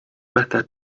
better